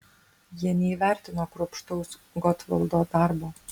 jie neįvertino kruopštaus gotvaldo darbo